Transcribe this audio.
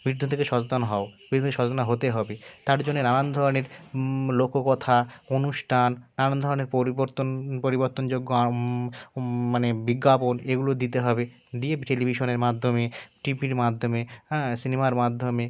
বিদ্যুৎ থেকে সচেতন হও বিদ্যুৎ থেকে সচেতন হতে হবে তার জন্য নানান ধরনের লোককথা অনুষ্ঠান নানান ধরনের পরিবর্তন পরিবর্তনযোগ্য মানে বিজ্ঞাপন এগুলো দিতে হবে দিয়ে টেলিভিশনের মাধ্যমে টিভির মাধ্যমে হ্যাঁ সিনেমার মাধ্যমে